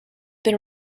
been